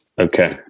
Okay